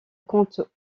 compte